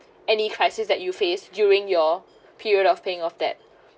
any crisis that you face during your period of paying off that